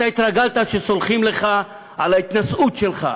אתה התרגלת שסולחים לך על ההתנשאות שלך,